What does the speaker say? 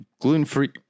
Gluten-free